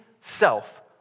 self